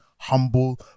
humble